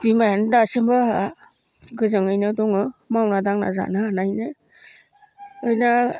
बिमायानो दासिमबो आहा गोजोनैनो दङ मावना दांना जानो हानायनो ओरैनो